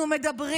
אנחנו מדברים